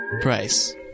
Price